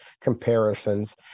comparisons